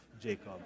Jacob